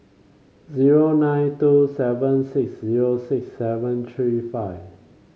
zero nine two seven six zero six seven three five